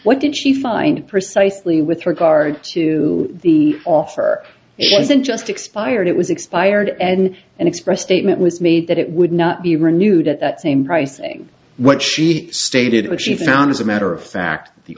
what did she find precisely with regard to the offer it wasn't just expired it was expired and and express statement was made that it would not be renewed at that same pricing what she stated what she found as a matter of fact the